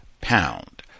pound